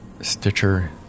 Stitcher